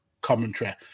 commentary